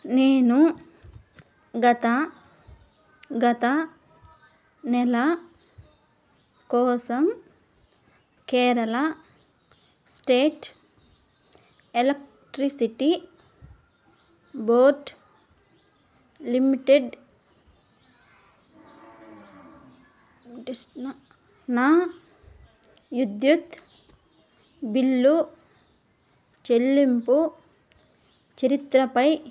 నేను గత గత నెల కోసం Kerala state electricity board limited నా విద్యుత్ బిల్లు చెల్లింపు చరిత్రపై